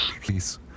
Please